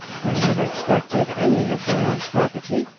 i never expected any of my aunt's property,